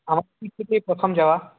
আমার পিকনিকে এই প্রথম যাওয়া